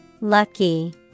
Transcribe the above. Lucky